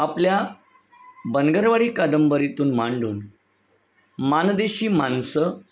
आपल्या बनगरवाडी कादंबरीतून मांडून माणदेशी माणसं